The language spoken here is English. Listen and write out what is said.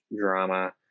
drama